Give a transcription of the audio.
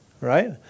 right